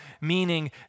meaning